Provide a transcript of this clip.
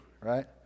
right